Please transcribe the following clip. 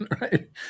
right